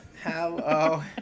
Hello